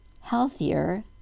healthier